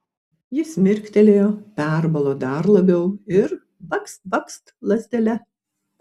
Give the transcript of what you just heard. jis mirktelėjo perbalo dar labiau ir bakst bakst lazdele